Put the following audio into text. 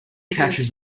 catches